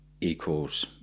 equals